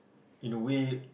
in a way